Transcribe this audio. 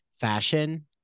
fashion